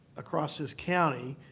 across this county,